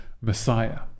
Messiah